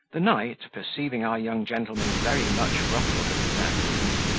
the knight, perceiving our young gentleman very much ruffled at this accident,